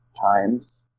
times